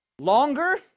longer